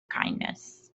kindness